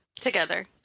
together